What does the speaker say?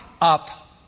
up